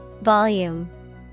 Volume